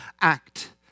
act